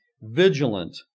Vigilant